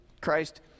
Christ